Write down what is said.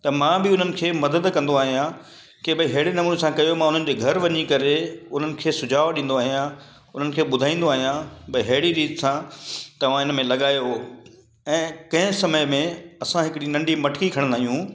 त मां बि उन्हनि खे मदद कंदो आहियां कि भई अहिड़े नमूने सां कयो मां उन्हनि जे घरु वञी करे उन्हनि खे सुझाव ॾींदो आहियां उन्हनि खे ॿुधाईंदो आहियां भई अहिड़ी रीत सां तव्हां हिन में लॻायो ऐं कंहिं समय में असां हिकिड़ी नंढी मटकी खणंदा आहियूं